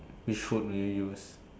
which food will you use